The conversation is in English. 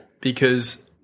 because-